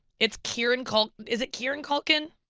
it's kieran culkin, is it kieran culkin?